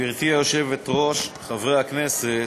גברתי היושבת-ראש, חברי הכנסת,